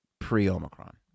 pre-omicron